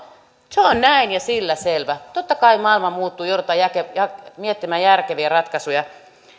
se on näin ja sillä selvä totta kai maailma muuttuu joudutaan miettimään järkeviä ratkaisuja